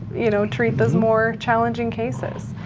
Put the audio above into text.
you know, treat the more challenging cases.